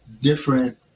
different